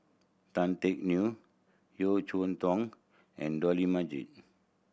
Tan Teck Neo Yeo Cheow Tong and Dollah Majid